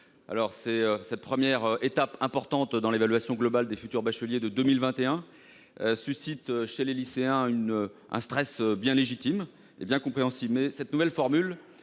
oeuvre. Cette première étape importante dans l'évaluation globale des futurs bacheliers de 2021 suscite chez les lycéens un stress bien légitime et bien compréhensible. Cette nouvelle formule